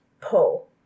pull